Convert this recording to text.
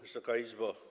Wysoka Izbo!